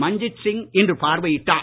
மஞ்ஜித் சிங் இன்று பார்வையிட்டார்